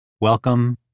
Welcome